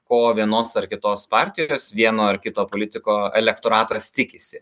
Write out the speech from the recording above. ko vienos ar kitos partijos vieno ar kito politiko elektoratas tikisi